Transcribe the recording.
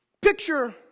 Picture